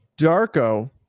Darko